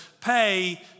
pay